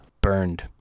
burned